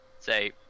say